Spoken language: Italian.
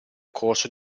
corso